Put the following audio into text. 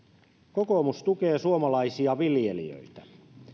kokoomus tukee suomalaisia viljelijöitä